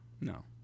No